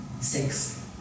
Six